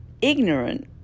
ignorant